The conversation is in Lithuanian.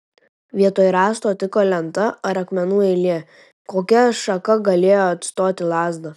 vietoj rąsto tiko lenta ar akmenų eilė kokia šaka galėjo atstoti lazdą